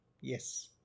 yes